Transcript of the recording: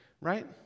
Right